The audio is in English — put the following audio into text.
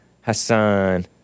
Hassan